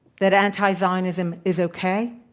that anti-zionism is okay?